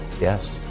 Yes